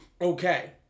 Okay